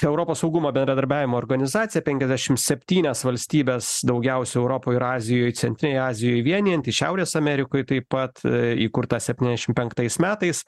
europos saugumo bendradarbiavimo organizacija penkiasdešimt septynias valstybes daugiausia europoj ir azijoj centrinėj azijoj vienijanti šiaurės amerikoj taip pat įkurta septyniasdešimt penktais metais